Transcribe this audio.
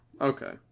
Okay